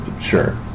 sure